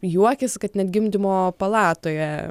juokiasi kad net gimdymo palatoje